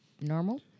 normal